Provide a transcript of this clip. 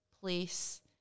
place